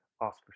Oscar